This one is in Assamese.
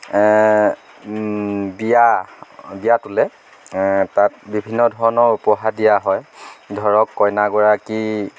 বিয়া বিয়া তোলে তাত বিভিন্ন ধৰণৰ উপহাৰ দিয়া হয় ধৰক কইনাগৰাকী